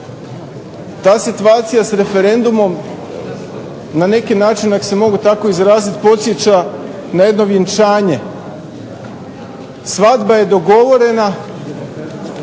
TA situacija s referendumom na neki način ako se mogu tako izraziti podsjeća na jedno vjenčanje. Svadba je dogovorena,